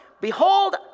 Behold